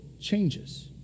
changes